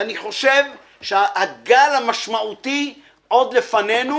אני חושב שהגל המשמעותי עוד לפנינו.